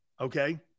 Okay